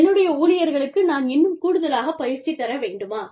என்னுடைய ஊழியர்களுக்கு நான் இன்னும் கூடுதலாக பயிற்சி தர வேண்டுமா